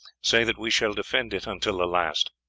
say that we shall defend it until the last.